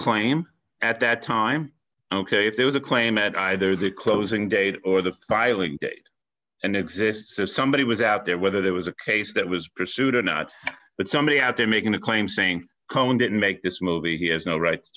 claim at that time ok if there was a claim at either the closing date or the filing date and exists or somebody was out there whether there was a case that was pursued or not but somebody out there making a claim saying come in didn't make this movie he has no rights